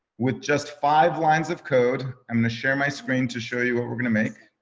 with just five lines of code, i'm gonna share my screen to show you what we're gonna make.